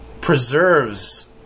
preserves